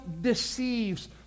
deceives